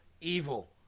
evil